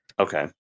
Okay